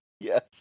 yes